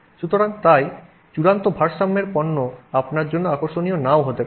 সুতরাং তাই চূড়ান্ত ভারসাম্যের পণ্য আপনার জন্য আকর্ষণীয় নাও হতে পারে